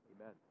amen